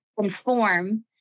inform